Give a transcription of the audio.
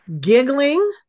giggling